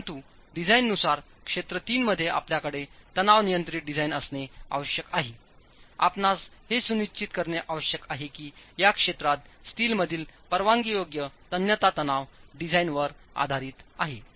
परंतु डिझाईननुसार क्षेत्र 3 मध्ये आपल्याकडे तणाव नियंत्रित डिझाइन असणे आवश्यक आहे आपणास हे सुनिश्चित करणे आवश्यक आहे की या क्षेत्रात स्टीलमधील परवानगीयोग्य तन्यता तणाव डिझाइनवर आधारित आहे